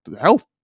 health